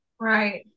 Right